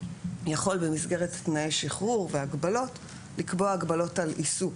יכול במסגרת תנאי שחרור והגבלות לקבוע הגבלות על עיסוק,